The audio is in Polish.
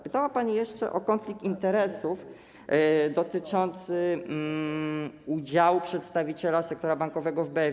Pytała pani jeszcze o konflikt interesów dotyczący udziału przedstawiciela sektora bankowego w BFG.